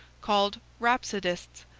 called rhapsodists,